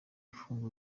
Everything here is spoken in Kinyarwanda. ifunga